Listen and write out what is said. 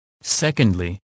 Secondly